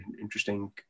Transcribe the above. interesting